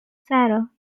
sara